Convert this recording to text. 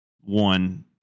one